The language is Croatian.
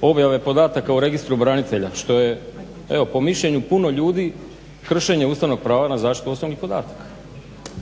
objave podataka u registru branitelja, što je evo po mišljenju puno ljudi kršenje ustavnog prava na zaštitu osobnih podataka.